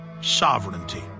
sovereignty